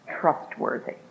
trustworthy